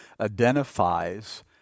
identifies